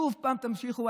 ושוב תמשיכו,